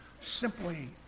simply